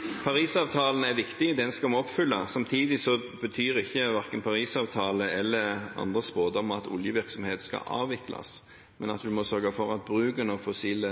er bra. Paris-avtalen er viktig. Den skal vi oppfylle. Samtidig betyr ikke verken Paris-avtale eller andre spådommer at oljevirksomhet skal avvikles, men at vi må sørge for at bruken av fossile